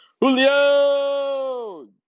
Julio